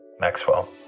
Maxwell